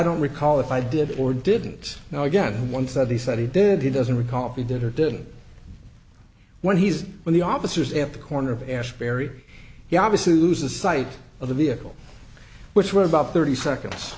don't recall if i did or didn't now again one thought he said he did he doesn't recall he did or didn't when he's in the officers at the corner of ashbury he obviously loses sight of the vehicle which were about thirty seconds